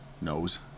Knows